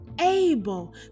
able